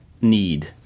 need